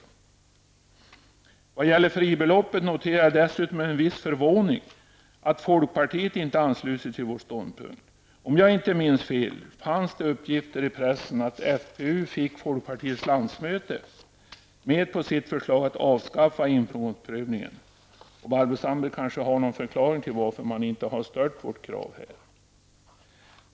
När det gäller fribeloppet noterar jag dessutom med en viss förvåning att folkpartiet inte har anslutit sig till vår ståndpunkt. Om jag inte minns fel fanns det uppgifter i pressen om att FPU fick folkpartiets landsmöte med på sitt förslag att avskaffa inkomstprövningen. Barbro Sandberg kanske har någon förklaring till att man inte har stött vårt krav.